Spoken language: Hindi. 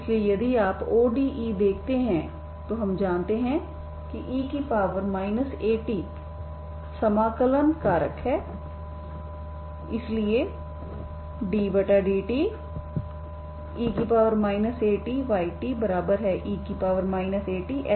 इसलिए यदि आप ODE देखते हैं तो हम जानते हैं कि e At समाकलन कारक है इसलिए ddte Atye Ath